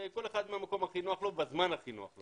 כל אחד מהמקום הכי נוח לו בזמן הכי נוח לו.